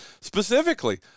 specifically